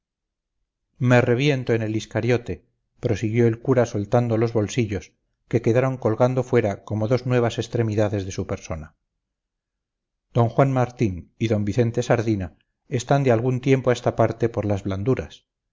me reviento en el iscariote prosiguió el cura soltando los bolsillos que quedaron colgando fuera como dos nuevas extremidades de su persona d juan martín y d vicente sardina están de algún tiempo a esta parte por las blanduras